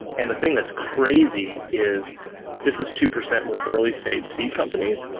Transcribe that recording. and the thing that's crazy is this is two percent with early stage seed companies.